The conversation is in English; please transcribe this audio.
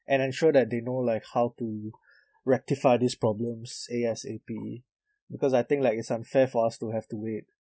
and ensure that they know like how to rectify this problems A_S_A_P because I think like it's unfair for us to have to wait